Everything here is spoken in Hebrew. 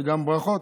וגם ברכות.